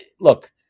look